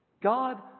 God